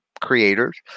creators